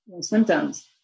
symptoms